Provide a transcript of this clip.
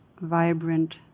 vibrant